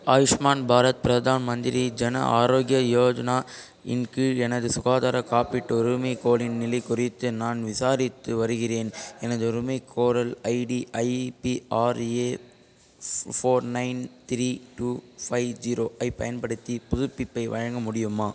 ஆயுஷ்மான் பாரத் பிரதான் மந்திரி ஜன ஆரோக்கிய யோஜனா இன் கீழ் எனது சுகாதார காப்பீட்டு உரிமைக்கோரலின் நிலை குறித்து நான் விசாரித்து வருகிறேன் எனது உரிமைக்கோரல் ID IPRA four nine three two five zero ஐப் பயன்படுத்தி புதுப்பிப்பை வழங்க முடியுமா